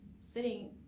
sitting